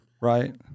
Right